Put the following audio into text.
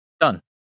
Done